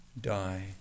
Die